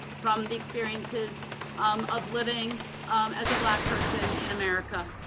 from the experiences of living as a black person in america.